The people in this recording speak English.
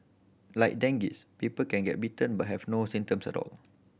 like dengue people can get bitten but have no symptoms at all